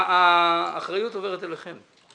האחריות עוברת אליכם.